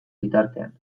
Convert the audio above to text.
bitartean